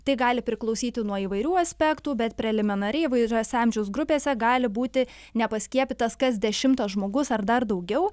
tai gali priklausyti nuo įvairių aspektų bet preliminariai įvairiose amžiaus grupėse gali būti nepaskiepytas kas dešimtas žmogus ar dar daugiau